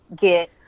get